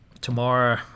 Tomorrow